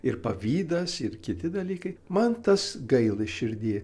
ir pavydas ir kiti dalykai man tas gaila širdy